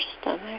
stomach